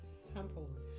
Samples